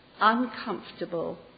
uncomfortable